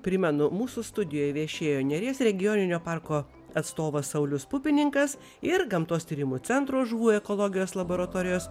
primenu mūsų studijoj viešėjo neries regioninio parko atstovas saulius pupininkas ir gamtos tyrimų centro žuvų ekologijos laboratorijos